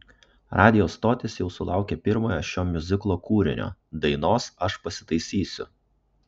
radijo stotys jau sulaukė pirmojo šio miuziklo kūrinio dainos aš pasitaisysiu